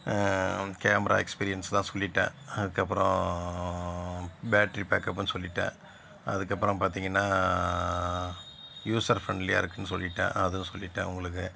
camera experience தான் சொல்லிவிட்டேன் அதுக்கப்புறம் பேட்ரி பேக்கப்பும் சொல்லிவிட்டேன் அதுக்கப்புறம் பார்த்திங்கன்னா யூஸர் ஃப்ரெண்ட்லியாக இருக்கும்னு சொல்லிவிட்டேன் அதுவும் சொல்லிவிட்டேன் உங்களுக்கு